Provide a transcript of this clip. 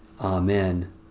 Amen